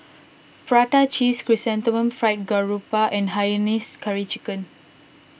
Prata Cheese Chrysanthemum Fried Garoupa and Hainanese Curry Chicken